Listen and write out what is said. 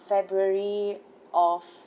february of